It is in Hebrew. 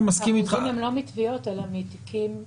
האחוזים הם לא מתביעות אלא לא מתיקים כלליים.